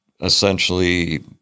Essentially